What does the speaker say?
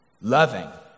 Loving